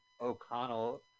O'Connell